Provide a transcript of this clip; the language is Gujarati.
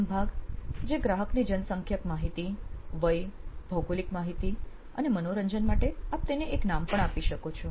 પ્રથમ ભાગ જે છે ગ્રાહકની જનસંખ્યક માહિતી વય ભૌગોલિક માહિતી અને મનોરંજન માટે આપ તેને એક નામ પણ આપી શકો છો